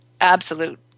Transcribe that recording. absolute